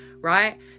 right